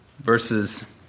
verses